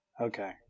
Okay